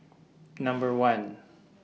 Number one